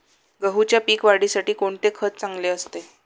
गहूच्या पीक वाढीसाठी कोणते खत चांगले असते?